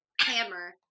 hammer